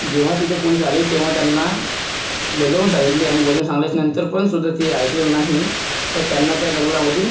जेव्हा तिथे पोलीस आले तेव्हा त्यांना बजावून सांगितले आणि बजावून सांगल्याच् नंतरपण सुद्धा ते ऐकलं नाही तर त्यांना त्या जंगलामधून